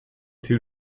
two